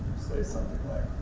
something like,